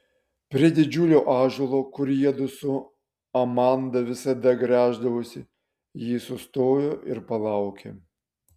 prie didžiulio ąžuolo kur jiedvi su amanda visada gręždavosi ji sustojo ir palaukė